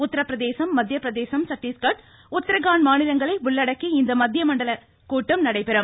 உத்தரப்பிரதேசம் மத்திய பிரதேசம் சட்டீஸ்கட் உத்ரகாண்ட் மாநிலங்களை உள்ளடக்கி இந்த மத்திய மண்டலக் கூட்டம் நடைபெறுகிறது